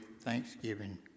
thanksgiving